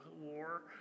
war